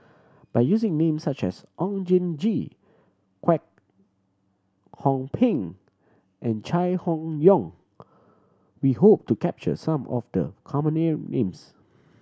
by using names such as Oon Jin Gee Kwek Hong Png and Chai Hon Yoong we hope to capture some of the common names